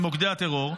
למוקדי הטרור.